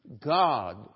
God